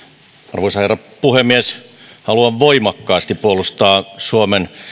arvoisa herra puhemies haluan voimakkaasti puolustaa suomen